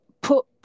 put